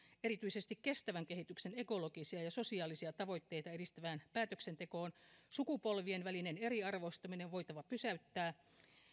erityisesti kestävän kehityksen ekologisia ja sosiaalisia tavoitteita edistävään päätöksentekoon sukupolvien välinen eriarvoistuminen on voitava pysäyttää